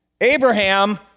Abraham